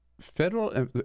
federal